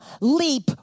leap